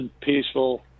peaceful